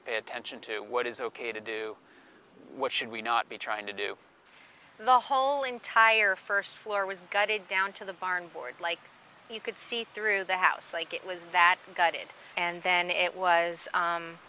to pay attention to what is ok to do what should we not be trying to do and the whole entire first floor was gutted down to the barn board like you could see through the house like it was that got it and then it was